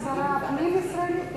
הסברה, חוץ וביטחון.